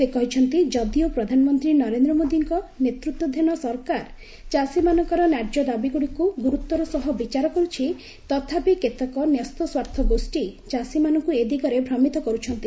ସେ କହିଛନ୍ତି ଯଦିଓ ପ୍ରଧାନମନ୍ତ୍ରୀ ନରେନ୍ଦ୍ର ମୋଦିଙ୍କ ନେତୃତ୍ୱାଧୀନ ସରକାର ଚାଷୀମାନଙ୍କର ନ୍ୟାର୍ଯ୍ୟ ଦାବୀଗୁଡ଼ିକୁ ଗୁରୁତ୍ୱର ସହ ବିଚାର କର୍ରଛନ୍ତି ତଥାପି କେତେକ ନ୍ୟସ୍କସ୍ୱାର୍ଥ ଗୋଷୀ ଚାଷୀମାନଙ୍କ ଏ ଦିଗରେ ଭ୍ରମିତ କର୍ରଛନ୍ତି